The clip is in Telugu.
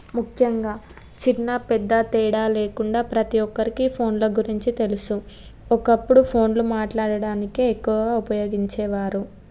ముఖ్యంగా చిన్నా పెద్దా తేడా లేకుండా ప్రతీ ఒక్కరికి ఫోన్ల గురించి తెలుసు ఒకప్పుడు ఫోన్లు మాట్లాడడానికే ఎక్కువగా ఉపయోగించేవారు